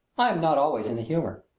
i am not always in the humor.